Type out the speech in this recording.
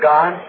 God